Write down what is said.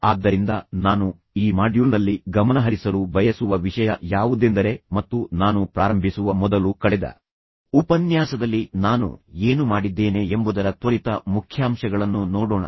ಆದ್ದರಿಂದ ನಾನು ಈ ಮಾಡ್ಯೂಲ್ನಲ್ಲಿ ಗಮನಹರಿಸಲು ಬಯಸುವ ವಿಷಯ ಯಾವುದೆಂದರೆ ಮತ್ತು ನಾನು ಪ್ರಾರಂಭಿಸುವ ಮೊದಲು ಕಳೆದ ಉಪನ್ಯಾಸದಲ್ಲಿ ನಾನು ಏನು ಮಾಡಿದ್ದೇನೆ ಎಂಬುದರ ತ್ವರಿತ ಮುಖ್ಯಾಂಶಗಳನ್ನು ನೋಡೋಣ